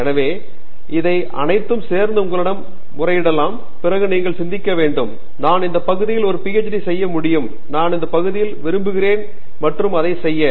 எனவே இவை அனைத்தும் சேர்ந்து உங்களிடம் முறையிடலாம் பிறகு நீங்கள் சிந்திக்க வேண்டும் சரி நான் இந்த பகுதியில் ஒரு PhD செய்ய முடியும் நான் இந்த பகுதியில் விரும்புகிறேன் மற்றும் அதை செய்ய